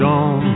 on